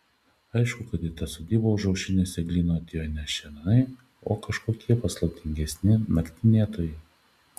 aišku kad į tą sodybą už aušrinės eglyno atėjo ne šernai o kažkokie paslaptingesni naktinėtojai